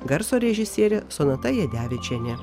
garso režisierė sonata jadevičienė